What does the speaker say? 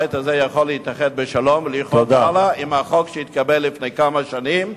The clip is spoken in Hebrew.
הבית הזה יכול להתאחד בשלום ולחיות הלאה עם החוק שהתקבל לפני כמה שנים,